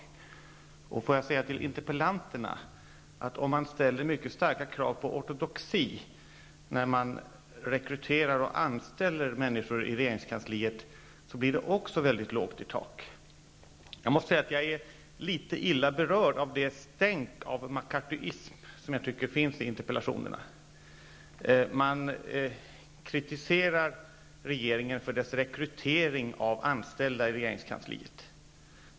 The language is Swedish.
Till interpellanterna vill jag säga att det blir väldigt lågt i tak också om man ställer mycket starka krav på ortodoxi, när man rekryterar och anställer människor till regeringskansliet. Jag är litet illa berörd av det stänk av McCarthyism som jag tycker finns i interpellationerna. Man kritiserar regeringen för dess rekrytering av anställda till regeringskansliet.